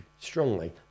strongly